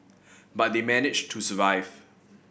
but they manage to survive